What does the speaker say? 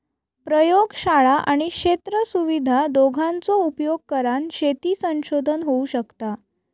प्रयोगशाळा आणि क्षेत्र सुविधा दोघांचो उपयोग करान शेती संशोधन होऊ शकता